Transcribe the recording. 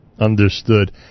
Understood